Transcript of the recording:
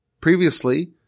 Previously